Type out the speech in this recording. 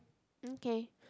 okay